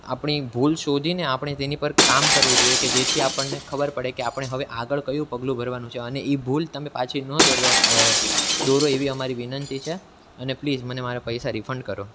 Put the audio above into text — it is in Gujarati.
આપણી ભૂલ શોધીને આપણે તેની પર કામ કરવું જોઈએ કે જેથી આપણને ખબર પડે કે આપણે હવે આગળ કયું પગલું ભરવાનું છે અને એ ભૂલ પાછી તમે ન દોહરાવો દોરો એવી અમારી વિનંતી છે અને પ્લીઝ મને મારા પૈસા રિફંડ કરો